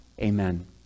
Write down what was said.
Amen